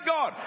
God